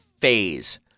phase